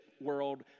world